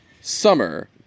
Summer